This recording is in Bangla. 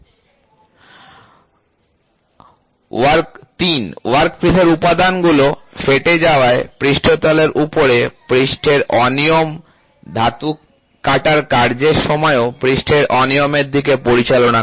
3 ওয়ার্কপিস এর উপাদানগুলো ফেটে যাওয়ায় পৃষ্ঠতলের উপরে পৃষ্ঠের অনিয়ম ধাতু কাটার কার্যের সময়ও পৃষ্ঠের অনিয়মের দিকে পরিচালনা করে